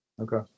Okay